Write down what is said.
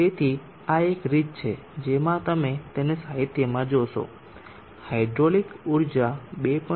તેથી આ એક રીત છે જેમાં તમે તેને સાહિત્યમાં જોશો હાઇડ્રોલિક ઊર્જા 2